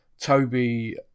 toby